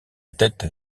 tête